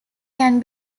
can